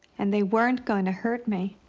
and they weren't going to hurt me.